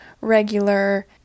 regular